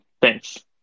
Thanks